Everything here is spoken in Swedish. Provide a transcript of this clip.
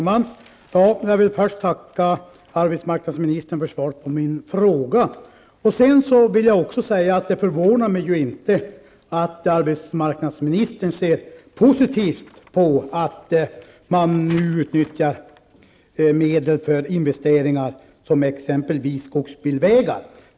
Fru talman! Jag vill först tacka arbetsmarknadsministern för svaret på min fråga. Jag vill också säga att det inte förvånar mig att arbetsmarknadsministern ser positivt på att man nu utnyttjar medel för investeringar, exempelvis skogsbilvägar.